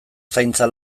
zaintza